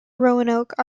roanoke